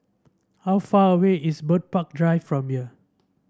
how far away is Bird Park Drive from here